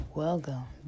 welcome